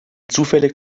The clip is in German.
zufällig